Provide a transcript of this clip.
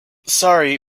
sorry